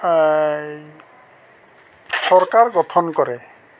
চৰকাৰ গঠন কৰে